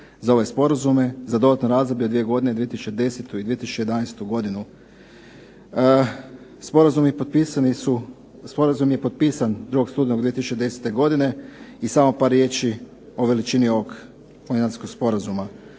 za ove sporazume za dodatno razdoblje od dvije godine, 2010. i 2011. godinu. Sporazum je potpisan 2. studenog 2010. godine i samo par riječi o veličini ovog …/Govornik se